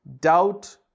doubt